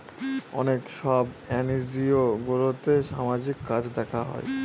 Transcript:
অনেক সব এনজিওগুলোতে সামাজিক কাজ দেখা হয়